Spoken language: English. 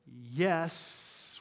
Yes